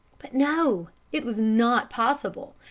but no, it was not possible!